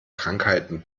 krankheiten